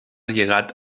llegat